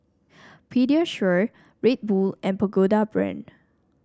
Pediasure Red Bull and Pagoda Brand